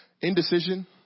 indecision